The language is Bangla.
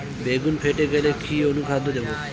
বেগুন ফেটে গেলে কি অনুখাদ্য দেবো?